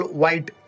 white